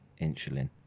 insulin